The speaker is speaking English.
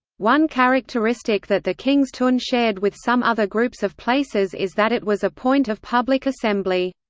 one characteristic that the king's tun shared with some other groups of places is that it was a point of public assembly.